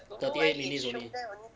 thirty eight minutes only